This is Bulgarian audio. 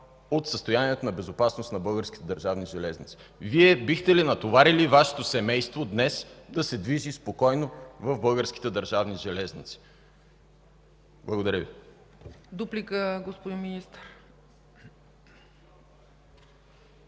от състоянието на безопасност на Българските държавни железници? Вие бихте ли натоварили Вашето семейство днес да се движи спокойно в Българските държавни железници? Благодаря Ви. ПРЕДСЕДАТЕЛ ЦЕЦКА